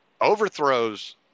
overthrows